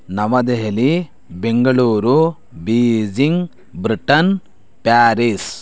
New Delhi Bengaluru Beijing Britain Paris